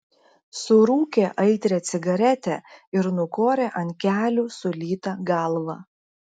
surūkė aitrią cigaretę ir nukorė ant kelių sulytą galvą